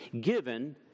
given